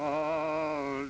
oh